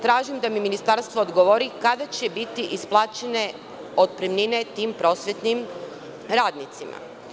Tražim da mi Ministarstvo odgovori kada će biti isplaćene otpremnine tim prosvetnim radnicima?